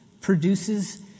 produces